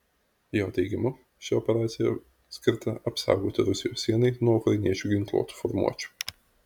jo teigimu ši operacija skirta apsaugoti rusijos sienai nuo ukrainiečių ginkluotų formuočių